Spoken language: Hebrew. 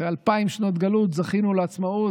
אחרי אלפיים שנות גלות זכינו לעצמאות,